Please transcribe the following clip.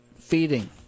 feeding